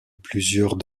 plusieurs